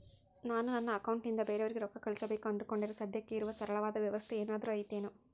ನಾನು ನನ್ನ ಅಕೌಂಟನಿಂದ ಬೇರೆಯವರಿಗೆ ರೊಕ್ಕ ಕಳುಸಬೇಕು ಅಂದುಕೊಂಡರೆ ಸದ್ಯಕ್ಕೆ ಇರುವ ಸರಳವಾದ ವ್ಯವಸ್ಥೆ ಏನಾದರೂ ಐತೇನು?